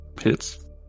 Hits